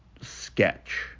sketch